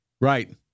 Right